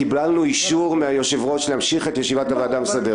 קיבלנו אישור מהיושב-ראש להמשיך את ישיבת הוועדה המסדרת.